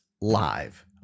live